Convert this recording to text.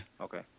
Okay